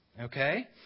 Okay